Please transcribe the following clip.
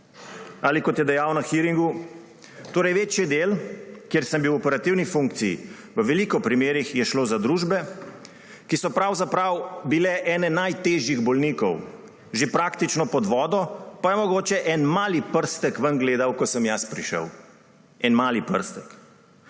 Ali kot je dejal na hearingu: »Torej večji del, kjer sem bil v operativni funkciji, v veliko primerih je šlo za družbe, ki so pravzaprav bile ene najtežjih bolnikov, že praktično pod vodo, pa je mogoče en mali prstek ven gledal, ko sem jaz prišel.« En mali prstek.